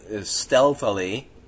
stealthily